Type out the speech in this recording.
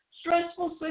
stressful